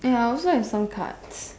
ah ya I also have some cards